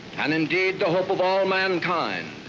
and indeed the hope of all mankind,